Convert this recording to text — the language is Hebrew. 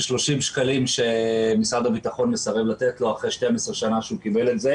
30 שקלים שמשרד הביטחון מסרב לתת לו אחרי 12 שנה שהוא קיבל אותה,